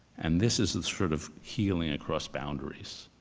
and this is the sort of healing across boundaries